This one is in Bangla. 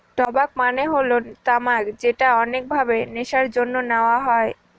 টবাক মানে হল তামাক যেটা অনেক ভাবে নেশার জন্যে নেওয়া হয়